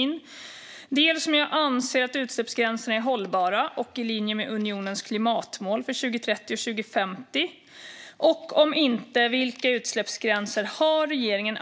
Han har vidare frågat mig om jag anser att utsläppsgränserna är hållbara och i linje med unionens klimatmål för 2030 och 2050 samt, om inte, vilka utsläppsgränser som enligt regeringen